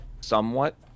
somewhat